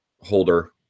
holder